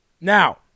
Now